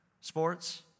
sports